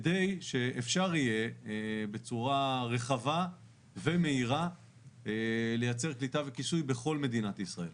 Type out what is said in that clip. כדי שאפשר יהיה בצורה רחבה ומהירה לייצר קליטה וכיסוי בכל מדינת ישראל.